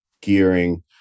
gearing